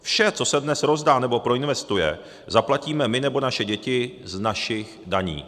Vše, co se dnes rozdá nebo proinvestuje, zaplatíme my nebo naše děti z našich daní.